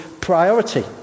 priority